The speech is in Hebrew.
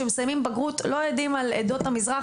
שמסיימים בגרות לא יודעים על עדות המזרח,